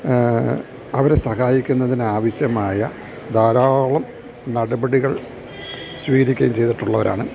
അവരെ സഹായിക്കുന്നതിന് ആവശ്യമായ ധാരാളം നടപടികൾ സ്വീകരിക്കുകയും ചെയ്തിട്ടുള്ളവരാണ്